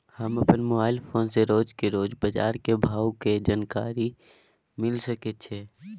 हम अपन mobile phone से रोज के रोज बाजार के भाव के जानकारी केना मिल सके छै?